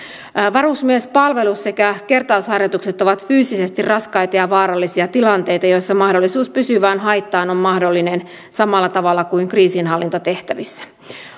varusmiespalvelus sekä kertausharjoitukset ovat fyysisesti raskaita ja vaarallisia tilanteita joissa mahdollisuus pysyvään haittaan on mahdollinen samalla tavalla kuin kriisinhallintatehtävissä